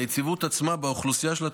היציבות עצמה באוכלוסייה של התלמידים,